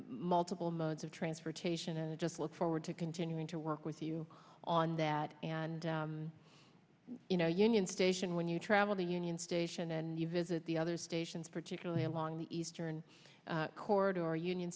multiple modes of transportation and i just look forward to continuing to work with you on that and you know union station when you travel to union station and you visit the other stations particularly along the eastern corridor union